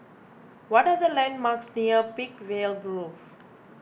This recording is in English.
what are the landmarks near Peakville Grove